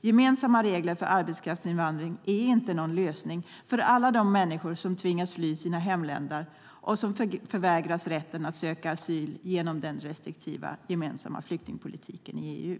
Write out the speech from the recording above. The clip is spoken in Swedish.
Gemensamma regler för arbetskraftsinvandring är inte någon lösning för alla de människor som tvingas fly sina hemländer och som förvägras rätten att söka asyl genom den restriktiva gemensamma flyktingpolitiken i EU.